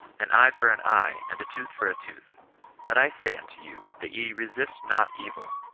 an eye for an eye, and a tooth for a tooth but i say unto you that ye resist not evil,